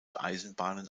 eisenbahnen